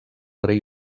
rei